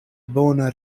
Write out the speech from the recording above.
bona